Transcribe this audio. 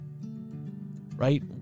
Right